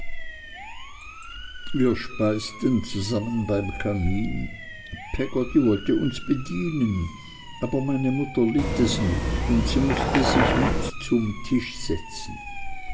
wir speisten zusammen beim kamin peggotty wollte uns bedienen aber meine mutter litt es nicht und sie mußte sich mit zu tisch setzen